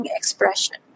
expression